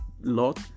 Lot